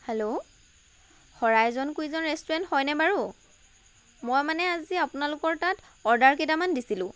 hello horizon cuisine restaurant হয়নে বাৰু মই মানে আজি আপোনালোকৰ তাত অৰ্ডাৰ কেইটামান দিছিলোঁ